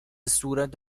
صورت